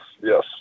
yes